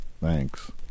Thanks